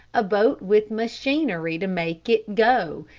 a boat with machinery to make it go,